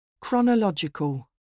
Chronological